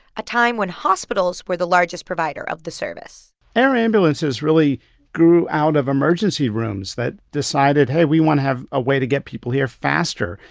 a time when hospitals were the largest provider of the service air ambulances really grew out of emergency rooms that decided, hey, we want to have a way to get people here faster.